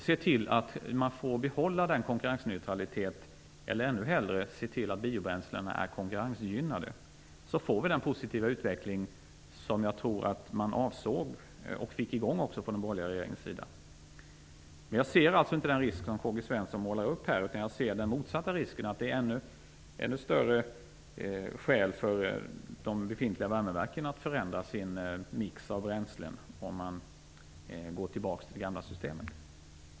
Ser man dessutom till att behålla konkurrensneutraliteten - eller, ännu hellre, att biobränslen blir konkurrensgynnade - uppstår den positiva utveckling som jag tror att man avsåg och också fick i gång från den borgerliga regeringens sida. Jag ser alltså inte den risk som K-G Svensson målar upp. Jag ser den motsatta risken. Det finns ännu större skäl för de befintliga värmeverken att förändra sin mix av bränslen om det blir en återgång till det gamla systemet.